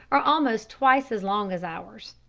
are almost twice as long as ours.